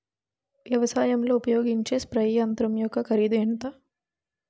వ్యవసాయం లో ఉపయోగించే స్ప్రే యంత్రం యెక్క కరిదు ఎంత?